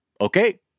Okay